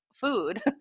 food